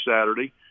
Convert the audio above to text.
saturday